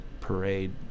parade